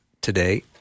today